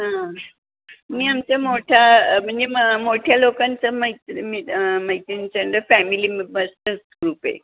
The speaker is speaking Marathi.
हां मी आमच्या मोठ्या म्हणजे म मोठ्या लोकांचं मैत्री मि मैत्रिणींच्या नंतर फॅमिली मेंबर्सचाच ग्रुप आहे